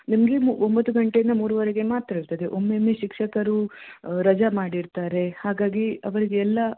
ನಿಮಗೆ ಒಂಬತ್ತು ಗಂಟೆಯಿಂದ ಮೂರುವರೆಗೆ ಮಾತ್ರ ಇರ್ತದೆ ಒಮ್ಮೊಮ್ಮೆ ಶಿಕ್ಷಕರು ರಜಾ ಮಾಡಿರ್ತಾರೆ ಹಾಗಾಗಿ ಅವರಿಗೆ ಎಲ್ಲ